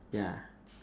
ya